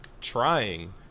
trying